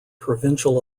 provincial